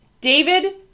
David